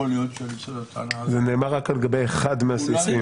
יכול להיות --- זה נאמר רק לגבי אחד מהסעיפים.